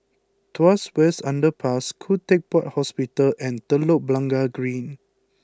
Tuas West Underpass Khoo Teck Puat Hospital and Telok Blangah Green